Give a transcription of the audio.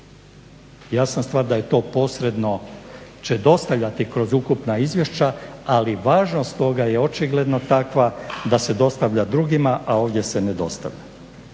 Jasna stvar da to posredno će dostavljati kroz ukupna izvješća, ali važnost toga je očigledno takva da se dostavlja drugima, a ovdje se ne dostavlja.